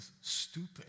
stupid